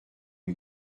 lui